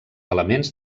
elements